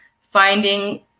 finding